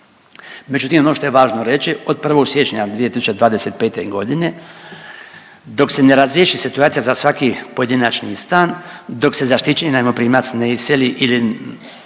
Međutim, ono što je važno reći od 1. siječnja 2025. godine dok se ne razriješi situacija za svaki pojedinačni stan, dok se zaštićeni najmoprimac ne iseli ili